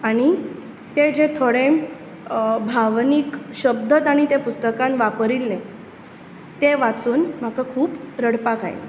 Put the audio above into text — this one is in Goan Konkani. आनी ते जे थोडे भावनीक शब्द तांणी तें पुस्तकांत वापरिल्ले तें वाचून म्हाका खूब रडपाक आयलें